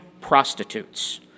prostitutes